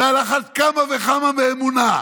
ועל אחת כמה וכמה באמונה.